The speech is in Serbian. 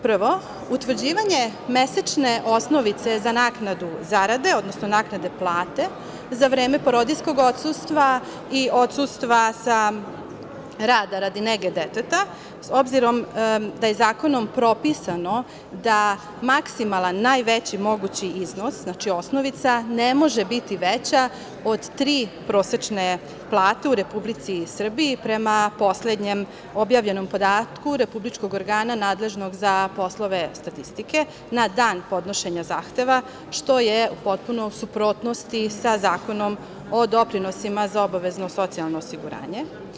Prvo, utvrđivanje mesečne osnovice za naknadu zarade, odnosno naknade plate za vreme porodiljskog odsustva i odsustva sa rada radi nege deteta, obzirom da je zakonom propisano da maksimalan, najveći mogući iznos, znači, osnovica ne može biti veća od tri prosečne plate u Republici Srbiji prema poslednjem objavljenom podatku republičkog organa nadležnog za poslove statistike na dan podnošenja zahteva, što je u suprotnosti sa Zakonom o doprinosima sa obavezno socijalno osiguranje.